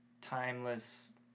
timeless